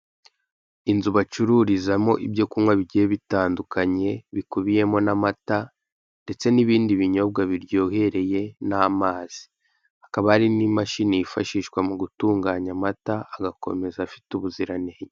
Inzu bacururizamo ibyo kunywa bigiye bitandukanye bikubiyemo n'amata, ndetse n'ibindi binyobwa biryohereye n'amazi, hakaba hari n'imashini yifashishwa mu gutunganya amata agakomeza afite ubuziranenge.